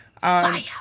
Fire